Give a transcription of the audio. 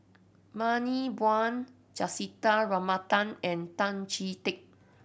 Bani Buang Juthika Ramanathan and Tan Chee Teck